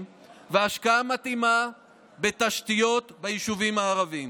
והשקעה מתאימה בתשתיות ביישובים הערביים.